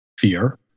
fear